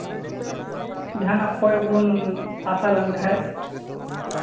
ᱡᱟᱦᱟᱱᱟᱜ ᱠᱚᱭ ᱵᱚᱱ ᱟᱥᱟ ᱞᱮᱱᱠᱷᱟᱱ